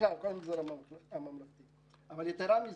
יתרה מזאת,